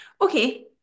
okay